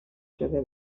شده